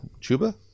Chuba